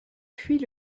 fuit